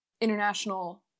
international